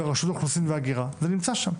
ברשות האוכלוסין וההגירה, זה נמצא שם.